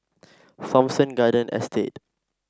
Thomson Garden Estate